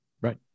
Right